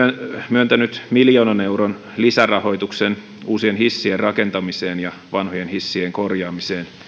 myöntänyt miljoonan euron lisärahoituksen uusien hissien rakentamiseen ja vanhojen hissien korjaamiseen